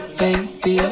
baby